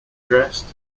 dressed